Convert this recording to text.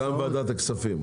גם ועדת הכספים.